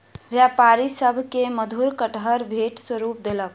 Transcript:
व्यापारी सभ के मधुर कटहर भेंट स्वरूप देलक